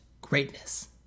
greatness